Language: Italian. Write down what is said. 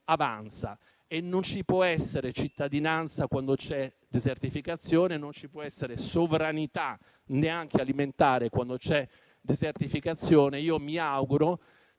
e non ci può essere cittadinanza quando c'è desertificazione; non ci può essere sovranità neanche alimentare quando c'è desertificazione. Mi auguro